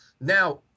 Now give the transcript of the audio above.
Now